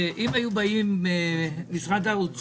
כשאנחנו מבקשים מכם לעבוד מהר פתאום יש לכם בעיה.